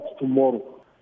tomorrow